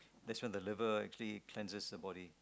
that's when the liver actually cleanses the body